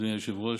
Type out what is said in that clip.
אדוני היושב-ראש,